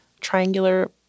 triangular